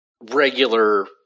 regular